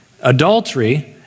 adultery